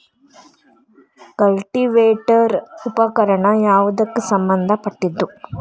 Cultivator ಉಪಕರಣ ಯಾವದಕ್ಕ ಸಂಬಂಧ ಪಟ್ಟಿದ್ದು?